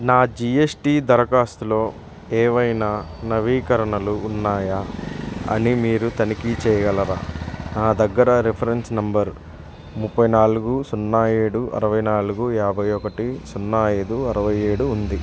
నా G S T దరఖాస్తులో ఏవైనా నవీకరణలు ఉన్నాయా అని మీరు తనిఖీ చేయగలరా నా దగ్గర రిఫరెన్స్ నంబర్ ముప్పై నాలుగు సున్నా ఏడు అరవై నాలుగు యాభై ఒకటి సున్నా ఐదు అరవై ఏడు ఉంది